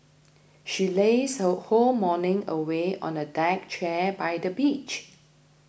she lazed her whole morning away on a deck chair by the beach